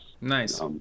Nice